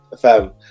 fam